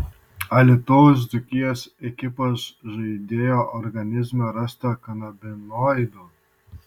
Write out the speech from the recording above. alytaus dzūkijos ekipos žaidėjo organizme rasta kanabinoidų